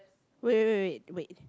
wait wait wait wait